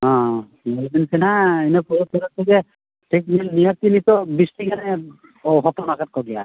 ᱦᱮᱸ ᱧᱮᱞ ᱵᱤᱱ ᱥᱮ ᱱᱟᱦᱟᱜ ᱤᱱᱟᱹ ᱯᱚᱨᱮ ᱯᱚᱨᱮ ᱛᱮᱜᱮ ᱴᱷᱤᱠ ᱵᱤᱱ ᱱᱤᱭᱟᱹ ᱛᱮᱜᱮ ᱱᱤᱛᱚᱜ ᱵᱤᱥᱴᱤ ᱜᱟᱱᱮ ᱦᱚᱯᱚᱱ ᱠᱟᱫ ᱠᱚᱜᱮᱭᱟ